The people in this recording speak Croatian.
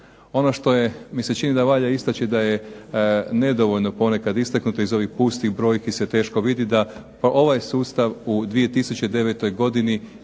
Ono što mi se čini da valja istaknuti da je nedovoljno ponekad istaknuto, iz ovih pustih brojki se teško vidi da ovaj sustav u 2009. godini